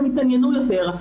הם התעניינו יותר,